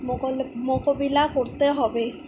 মোকা মোকাবিলা করতে হবে